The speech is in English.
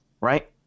right